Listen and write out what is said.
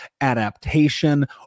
adaptation